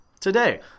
today